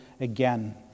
again